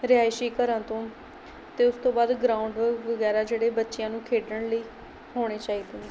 ਰਿਹਾਇਸ਼ੀ ਘਰਾਂ ਤੋਂ ਅਤੇ ਉਸ ਤੋਂ ਬਾਅਦ ਗਰਾਊਂਡ ਵਗੈਰਾ ਜਿਹੜੇ ਬੱਚਿਆਂ ਨੂੰ ਖੇਡਣ ਲਈ ਹੋਣੇ ਚਾਹੀਦੇ ਨੇ